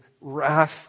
wrath